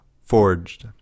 forged